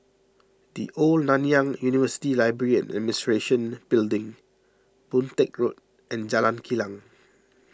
the Old Nanyang University Library and Administration Building Boon Teck Road and Jalan Kilang